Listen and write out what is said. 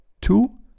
Two